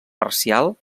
parcial